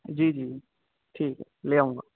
جی جی ٹھیک ہے لے آؤں گا